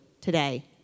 today